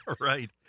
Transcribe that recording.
right